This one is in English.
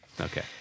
okay